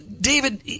David